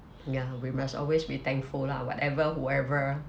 ya we must always be thankful lah whatever whoever